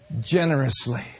Generously